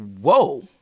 Whoa